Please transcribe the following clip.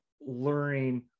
learning